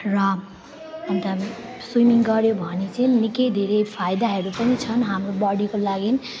र अन्त स्विमिङ गर्यो भने चाहिँ निकै धेरै फाइदाहरू पनि छन् हाम्रो बडीको लागि